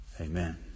amen